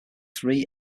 three